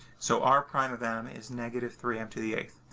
so r prime of m is negative three m to the eighth.